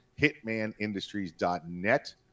HitmanIndustries.net